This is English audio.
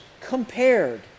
compared